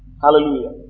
Hallelujah